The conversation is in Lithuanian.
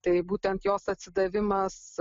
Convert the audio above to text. tai būtent jos atsidavimas